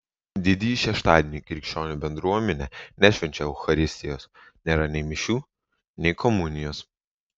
didįjį šeštadienį krikščionių bendruomenė nešvenčia eucharistijos nėra nei mišių nei komunijos